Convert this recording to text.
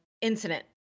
incident